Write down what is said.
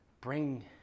bring